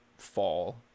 fall